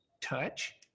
touch